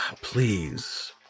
Please